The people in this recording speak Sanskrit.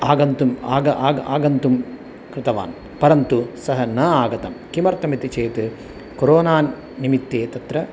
आगन्तुम् आग आग आगन्तुं कृतवान् परन्तु सः न आगतं किमर्थमिति चेत् कोरोना निमित्ते तत्र